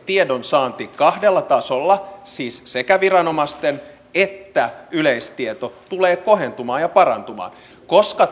tiedonsaanti kahdella tasolla siis sekä viranomaisten että yleistiedon tasolla tulee kohentumaan ja parantumaan